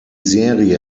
serie